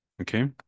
Okay